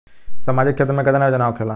सामाजिक क्षेत्र में केतना योजना होखेला?